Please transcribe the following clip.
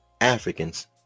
Africans